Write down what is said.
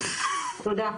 תודה.